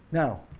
now